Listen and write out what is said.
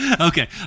Okay